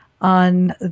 on